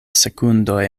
sekundoj